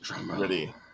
Ready